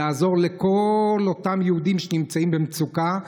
לעזור לכל אותם יהודים שנמצאים במצוקה,